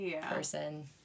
person